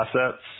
assets